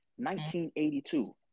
1982